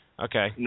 Okay